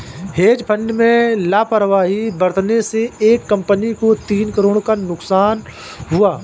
hedge fund में लापरवाही बरतने से एक कंपनी को तीन करोड़ का नुकसान हुआ